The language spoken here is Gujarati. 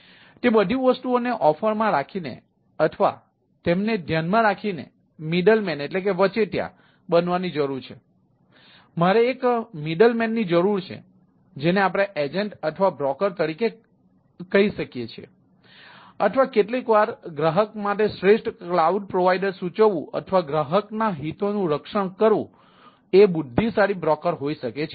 તેથી તે બધી વસ્તુઓ ને ઓફરમાં રાખીને અથવા તેમને ધ્યાનમાં રાખીને વચેટિયા તરીકે કહી શકીએ છીએ અથવા કેટલીક વાર ગ્રાહક માટે શ્રેષ્ઠ ક્લાઉડ પ્રોવાઇડર સૂચવવું અથવા ગ્રાહકના હિતોનું રક્ષણ કરવું એ બુદ્ધિશાળી બ્રોકર હોઈ શકે છે